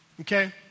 okay